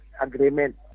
agreement